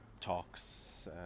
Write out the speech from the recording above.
talks